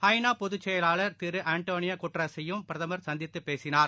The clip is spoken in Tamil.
ஐ நா பொதுச்செயலர் திருஅண்டோனியாகுட்ரஸையும் பிரதமர் சந்தித்துப் பேசினார்